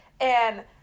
And-